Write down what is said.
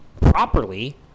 properly